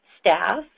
staff